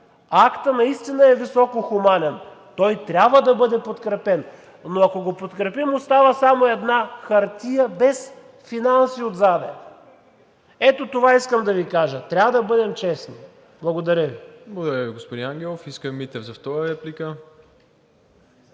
Актът наистина е високохуманен, той трябва да бъде подкрепен, но ако го подкрепим, остава само една хартия без финанси отзад. Ето това искам да Ви кажа: трябва да бъдем честни. Благодаря Ви. ПРЕДСЕДАТЕЛ МИРОСЛАВ ИВАНОВ: Благодаря Ви, господин Ангелов. Искрен Митев – за втора реплика.